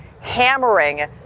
hammering